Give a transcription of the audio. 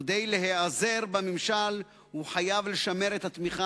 וכדי להיעזר בממשל הוא חייב לשמר את התמיכה